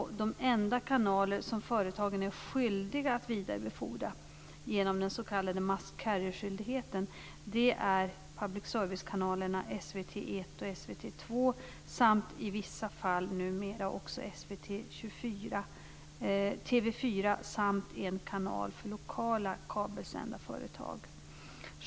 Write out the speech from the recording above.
De enda kanaler som företagen är skyldiga att vidarebefordra, genom den s.k. must carry-skyldigheten, är public servicekanalerna SVT 1 och SVT 2 samt i vissa fall numera också SVT 24, TV 4 samt en kanal för lokala kabelsändarföretag.